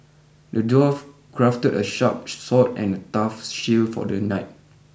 the dwarf crafted a sharp sword and a tough shield for the knight